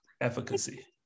efficacy